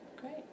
Great